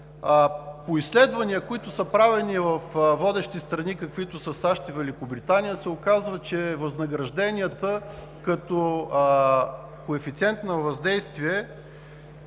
По изследвания, които са правени във водещи страни каквито са САЩ и Великобритания, се оказва, че като коефициент на въздействие